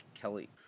Kelly